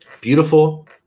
Beautiful